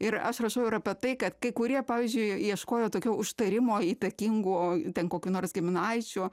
ir aš rašau ir apie tai kad kai kurie pavyzdžiui ieškojo tokio užtarimo įtakingų ten kokių nors giminaičių